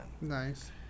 nice